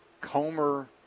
Comer